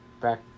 back